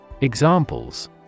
Examples